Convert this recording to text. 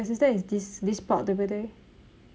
your sister is this this spot 对不对